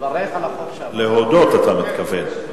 להודות אתה מתכוון.